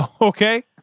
Okay